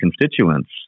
constituents